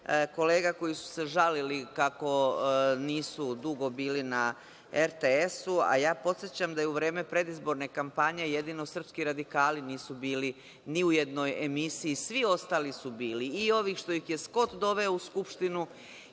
kolega koji su žalili kako nisu dugo bili na RTS-u, a ja podsećam da je u vreme predizborne kampanje jedino srpski radikali nisu bili ni u jednoj emisiji. Svi ostali su bili i ovi što ih je Skot doveo u Skupštinu